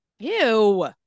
Ew